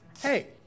Hey